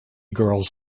girls